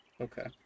Okay